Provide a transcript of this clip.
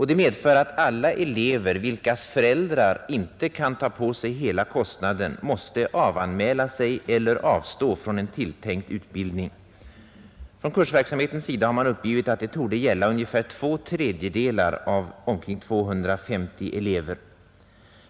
Det medför att alla elever, vilkas föräldrar inte kan ta på sig hela kostnaden, måste avanmäla sig eller avstå från en tilltänkt utbildning. Från Kursverksamhetens sida har man uppgivit att det torde gälla ungefär två tredjedelar av omkring 250 elever.